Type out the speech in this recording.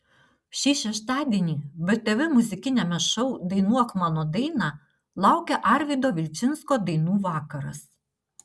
šį šeštadienį btv muzikiniame šou dainuok mano dainą laukia arvydo vilčinsko dainų vakaras